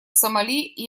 сомали